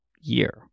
year